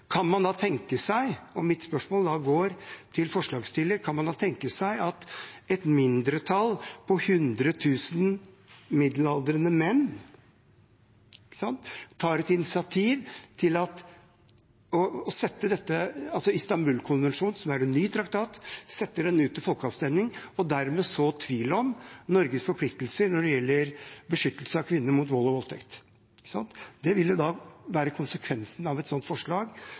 Mitt spørsmål går til forslagsstilleren: Kan man da tenke seg at et mindretall på hundre tusen middelaldrende menn tar initiativ til å sette Istanbul-konvensjonen, som er en ny traktat, ut til folkeavstemning og dermed så tvil om Norges forpliktelser når det gjelder å beskytte kvinner mot vold og voldtekt? Det vil være konsekvensen av et sånt forslag,